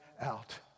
out